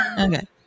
Okay